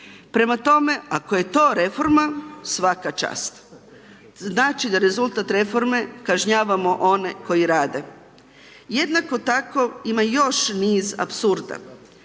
Prema tome, ako je to reforma, svaka čast. Znači da rezultat reforme kažnjavamo one koji rade. Jednako tako ima još niz apsurda.